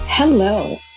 Hello